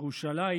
ירושלים